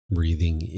Breathing